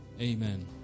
amen